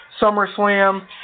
SummerSlam